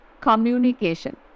communication